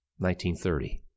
1930